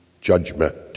judgment